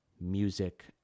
music